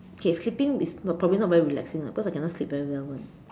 okay sleeping is not probably not very relaxing ah because I cannot sleep very well [one]